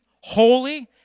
holy